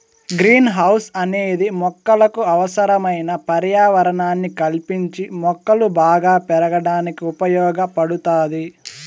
green house అనేది మొక్కలకు అవసరమైన పర్యావరణాన్ని కల్పించి మొక్కలు బాగా పెరగడానికి ఉపయోగ పడుతాది